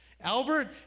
Albert